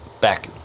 back